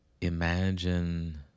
imagine